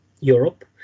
Europe